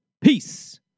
Peace